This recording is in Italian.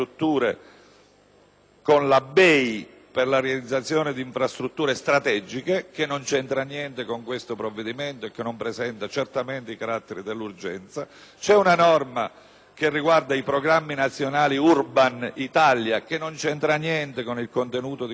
con la BEI per la realizzazione delle infrastrutture strategiche, che non c'entra niente con questo provvedimento e che non presenta certamente i caratteri dell'urgenza; un altro ancora riguarda i programmi nazionali "Urban Italia" che non ha nulla a che vedere con il contenuto di questo decreto